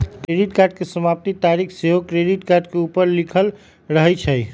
credit card के समाप्ति तारिख सेहो क्रेडिट कार्ड के ऊपर लिखल रहइ छइ